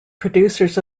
producers